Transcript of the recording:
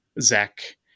zach